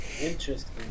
Interesting